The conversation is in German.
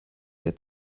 der